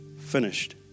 finished